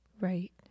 Right